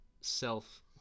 self